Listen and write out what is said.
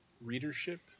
Readership